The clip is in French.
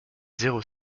zéro